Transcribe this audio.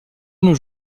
nos